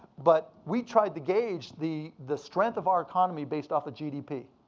but we tried to gauge the the strength of our economy based off of gdp.